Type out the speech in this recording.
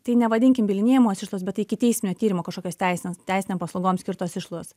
tai nevadinkim bylinėjimosi išlaidos bet ikiteisminio tyrimo kažkokios teisinės teisinėm paslaugom skirtos išlaidos